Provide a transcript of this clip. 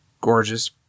gorgeous